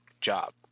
job